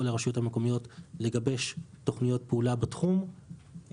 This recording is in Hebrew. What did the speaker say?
לרשויות המקומיות לגבש תוכניות פעולה בתחום,